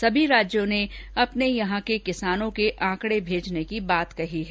सभी राज्यों ने अपने यहां के किसानों के आंकडे भेजने की बात कही है